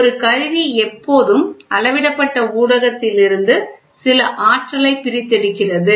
ஒரு கருவி எப்போதும் அளவிடப்பட்ட ஊடகத்திலிருந்து சில ஆற்றலைப் பிரித்தெடுக்கிறது